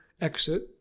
exit